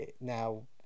now